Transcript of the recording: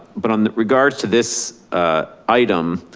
but on regards to this ah item,